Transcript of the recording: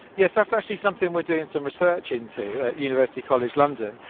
yes, that's actually something we're doing some research into at university college london,